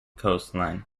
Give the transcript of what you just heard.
coastline